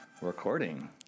recording